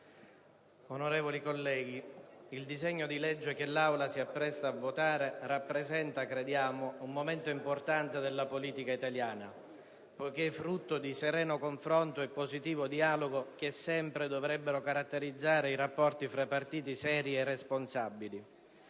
Onorevoli colleghi, il disegno di legge che l'Aula si appresta a votare rappresenta, crediamo, un momento importante della politica italiana, poiché frutto di sereno confronto e positivo dialogo, condizioni che sempre dovrebbero caratterizzare i rapporti fra partiti seri e responsabili.